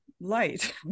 light